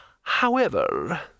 However